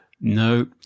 No